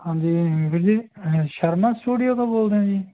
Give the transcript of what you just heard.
ਹਾਂਜੀ ਵੀਰ ਜੀ ਸ਼ਰਮਾ ਸਟੂਡੀਓ ਤੋਂ ਬੋਲਦੇ ਹੋ ਜੀ